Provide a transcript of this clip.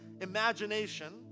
imagination